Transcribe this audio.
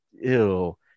ew